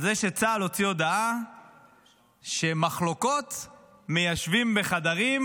על זה שצה"ל הוציא הודעה שמחלוקות מיישבים בחדרים,